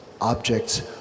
objects